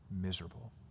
miserable